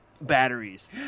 batteries